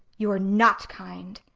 you are not kind.